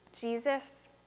Jesus